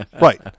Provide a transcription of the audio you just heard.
Right